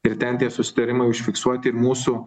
ir ten tie susitarimai užfiksuoti mūsų